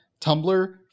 tumblr